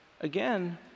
again